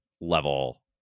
level